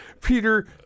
Peter